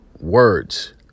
words